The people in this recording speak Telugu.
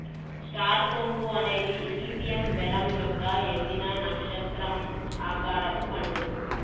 స్టార్ సోంపు అనేది ఇలిసియం వెరమ్ యొక్క ఎండిన, నక్షత్రం ఆకారపు పండు